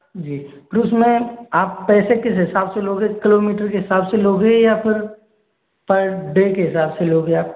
जी फिर उसमें आप पैसे किस हिसाब से लोग किलोमीटर के हिसाब से लोगे या फिर पर डे के हिसाब से लोगे आप